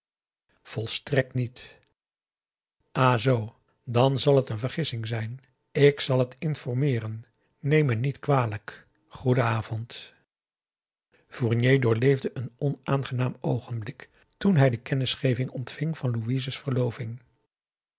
volstrekt niet ah zoo dan zal het een vergissing zijn ik zal het informeeren neem me niet kwalijk goeden avond fournier doorleefde een onaangenaam oogenblik toen hij de kennisgeving ontving van louise's verloving